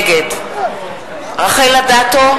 נגד רחל אדטו,